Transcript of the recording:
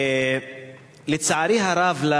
לצערי הרב,